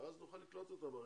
ואז נוכל לקלוט אותם הרי.